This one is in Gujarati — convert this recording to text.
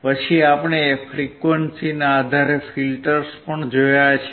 પછી આપણે ફ્રીક્વન્સી ના આધારે ફિલ્ટર્સ પણ જોયા છે